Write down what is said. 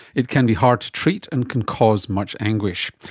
it can be hard to treat and can cause much anguish.